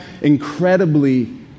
incredibly